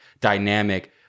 dynamic